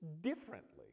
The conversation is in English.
differently